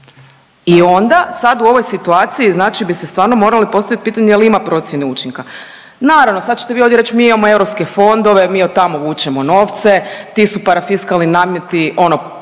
I onda sad u ovoj situaciji bi se stvarno morali postavit pitanje jel ima procjene učinka? Naravno sad ćete vi ovdje reć mi imamo europske fondove mi od tamo vučemo novce, ti su parafiskalni nameti ono